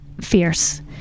fierce